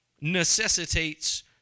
necessitates